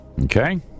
Okay